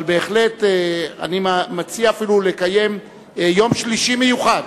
אבל בהחלט אני מציע אפילו לקיים יום שלישי מיוחד